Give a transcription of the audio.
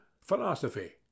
Philosophy